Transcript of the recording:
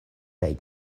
kaj